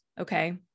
Okay